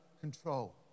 control